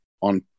On